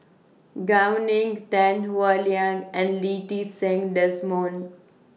Gao Ning Tan Howe Liang and Lee Ti Seng Desmond